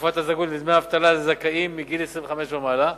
לתקופת הזכאות לדמי אבטלה לזכאים מגיל 25 ומעלה.